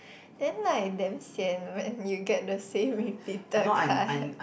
then like damn sian when you get the same repeated card